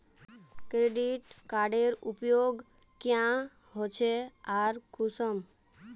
Credit कार्डेर उपयोग क्याँ होचे आर कुंसम?